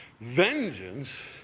vengeance